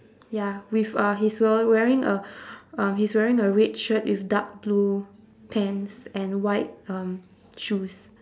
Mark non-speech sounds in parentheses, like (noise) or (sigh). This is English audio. ya with uh he's we~ wearing a (breath) um he's wearing a red shirt with dark blue pants and white um shoes